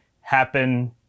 happen